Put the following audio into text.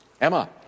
Emma